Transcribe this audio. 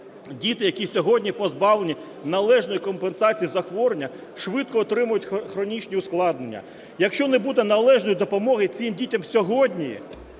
діти, які сьогодні позбавлені належної компенсації захворювання, швидко отримують хронічні ускладнення. Якщо не буде належної допомоги цим дітям сьогодні,